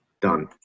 Done